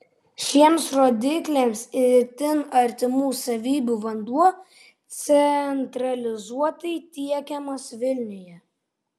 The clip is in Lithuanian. šiems rodikliams itin artimų savybių vanduo centralizuotai tiekiamas vilniuje